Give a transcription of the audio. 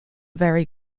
vary